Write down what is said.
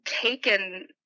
taken